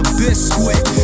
biscuit